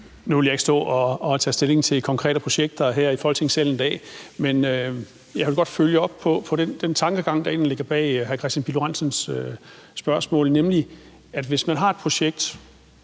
Nu vil jeg ikke stå og tage stilling til konkrete projekter her i Folketingssalen i dag, men jeg vil godt følge op på den tankegang, der egentlig ligger bag hr. Kristian Pihl Lorentzens spørgsmål. For hvis man har et projekt